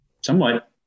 somewhat